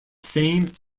same